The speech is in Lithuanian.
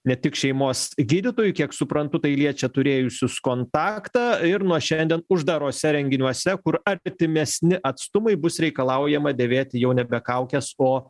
ne tik šeimos gydytojų kiek suprantu tai liečia turėjusius kontaktą ir nuo šiandien uždaruose renginiuose kur artimesni atstumai bus reikalaujama dėvėti jau nebe kaukes o